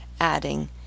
adding